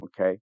okay